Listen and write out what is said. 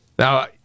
Now